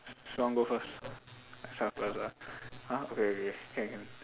so who want go first I start first ah !huh! okay okay can can